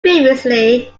previously